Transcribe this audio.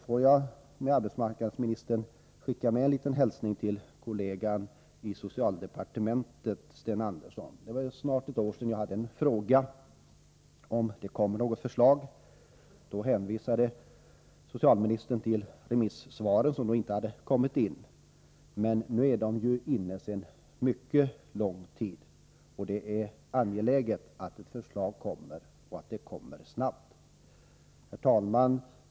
Får jag genom arbetsmarknadsministern skicka med en liten hälsning till kollegan i socialdepartementet Sten Andersson. Det var för snart ett år sedan jag frågade om det skulle komma något förslag. Socialministern hänvisade då till att remissvaren inte hade kommit in. Men nu är de ju inne sedan mycket lång tid tillbaka. Det är angeläget att ett förslag kommer och att det kommer snabbt. Herr talman!